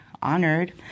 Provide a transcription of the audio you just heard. Honored